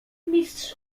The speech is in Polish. mistrz